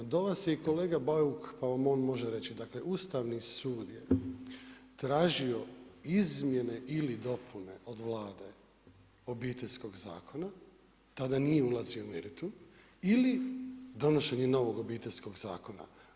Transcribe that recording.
Do vas je i kolega Bauk, pa vam i on može reći, dakle Ustavni sud je tražio izmjene ili dopune od Vlade Obiteljskog zakona, tada nije ulazio u meritum ili donošenje novog Obiteljskog zakona.